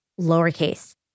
lowercase